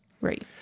Right